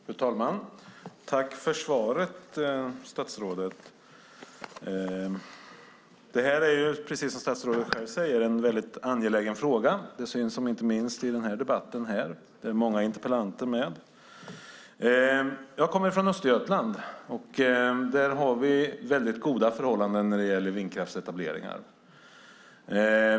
Fru talman! Tack för svaret, statsrådet! Det här är, precis som statsrådet själv säger, en angelägen fråga. Det syns inte minst i debatten här, där många interpellanter är med. Jag kommer från Östergötland, och där har vi goda förhållanden när det gäller vindkraftsetableringar.